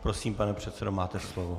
Prosím, pane předsedo, máte slovo.